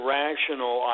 rational